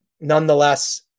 nonetheless